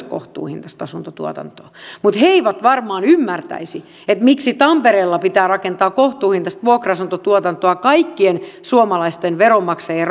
kohtuuhintaista asuntotuotantoa mutta he eivät varmaan ymmärtäisi miksi tampereella pitää rakentaa kohtuuhintaista vuokra asuntotuotantoa kaikkien suomalaisten veronmaksajien